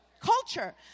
Culture